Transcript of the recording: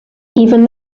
even